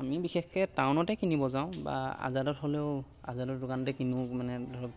আমি বিশেষকৈ টাউনতে কিনিব যাওঁ বা আজাদত হ'লেও আজাদৰ দোকানতে কিনো মানে ধৰক